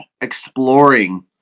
exploring